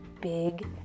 big